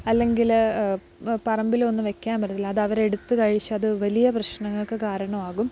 അല്ലെങ്കില് പറമ്പിലുമൊന്നും വയ്ക്കാൻ പറ്റത്തില്ല അതവര് എടുത്തുകഴിച്ച് അത് വലിയ പ്രശ്നങ്ങക്ക് കാരണമാകും